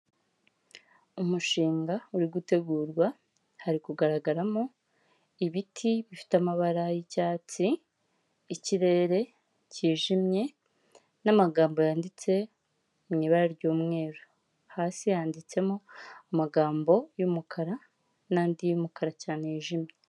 Umushinga uri gutegurwa hari kugaragaramo ibiti bifite amabara y'icyatsi ikirere cyijimye n'amagambo yanditse mu ibara ry'umweru hasi handitsemo amagambo y'umukara n'andi y'umukara cyane yijimye.